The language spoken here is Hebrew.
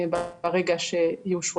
וגם מבטח כמעט ב-60% השמה,